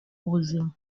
ubuzima